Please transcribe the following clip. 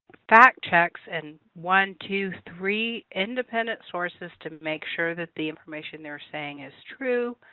fact checks in one, two, three independent sources to make sure that the information they're saying is true.